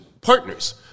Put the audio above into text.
partners